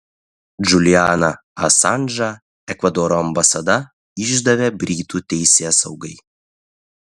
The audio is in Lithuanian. džulianą asanžą ekvadoro ambasada išdavė britų teisėsaugai